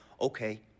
okay